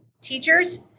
Teachers